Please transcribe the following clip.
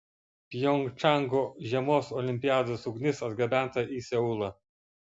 pjongčango žiemos olimpiados ugnis atgabenta į seulą